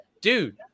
dude